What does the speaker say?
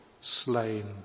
slain